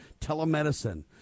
telemedicine